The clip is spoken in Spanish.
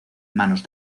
manos